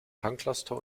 tanklaster